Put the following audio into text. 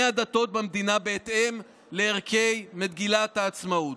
הדתות במדינה בהתאם לערכי מגילת העצמאות.